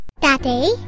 Daddy